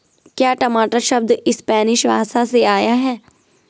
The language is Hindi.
क्या टमाटर शब्द स्पैनिश भाषा से आया है?